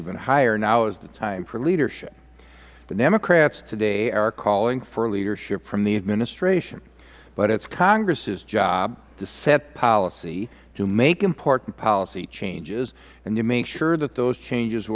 even higher now is the time for leadership the democrats today are calling for leadership from the administration but it is congress's job to set policy to make important policy changes and to make sure that those changes